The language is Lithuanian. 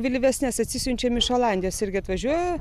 vėlyvesnės atsisiunčiam iš olandijos irgi atvažiuoja